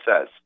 says